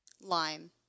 lime